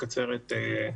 לקצר את תוקף התקנות.